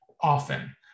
often